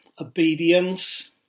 obedience